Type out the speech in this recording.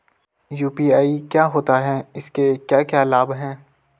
UPI क्या होता है इसके क्या क्या लाभ हैं?